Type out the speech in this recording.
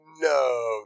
No